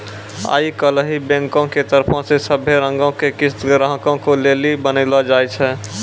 आई काल्हि बैंको के तरफो से सभै रंगो के किस्त ग्राहको लेली बनैलो जाय छै